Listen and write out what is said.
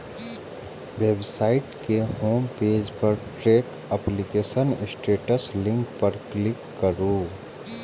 website के home page पर track application status link पर क्लिक करू